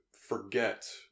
forget